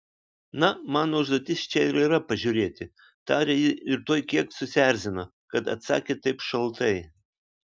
na mano užduotis čia ir yra pažiūrėti tarė ji ir tuoj kiek susierzino kad atsakė taip šaltai